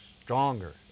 stronger